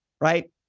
right